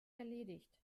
erledigt